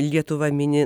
lietuva mini